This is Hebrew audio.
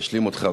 אשלים אותך.